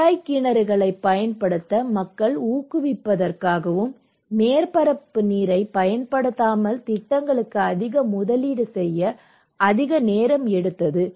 குழாய் கிணறுகளைப் பயன்படுத்த மக்களை ஊக்குவிப்பதற்காகவும் மேற்பரப்பு நீரைப் பயன்படுத்தாமலும் திட்டங்களுக்கு அதிக முதலீடு செய்ய அதிக நேரம் எடுத்தது